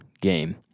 game